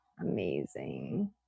Amazing